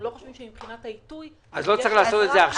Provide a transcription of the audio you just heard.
אנחנו לא חושבים שמבחינת העיתוי -- אז לא צריך לעשות את זה עכשיו?